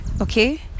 okay